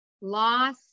loss